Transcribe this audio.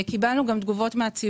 קיבלנו גם תגובות מהציבור.